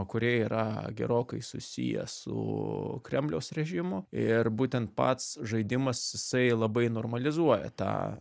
kūrėjai yra gerokai susiję su kremliaus režimu ir būtent pats žaidimas jisai labai normalizuoja tą